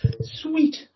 Sweet